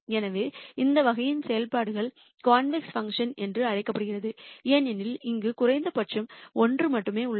எனவே இந்த வகையின் செயல்பாடுகள் கான்வேக்ஸ் செயல்பாடுகள் என்று அழைக்கப்படுகின்றன ஏனெனில் இங்கு குறைந்தபட்சம் ஒன்று மட்டுமே உள்ளது